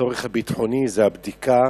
הצורך הביטחוני זה הבדיקה